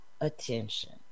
attention